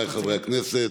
חבריי חברי הכנסת,